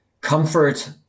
comfort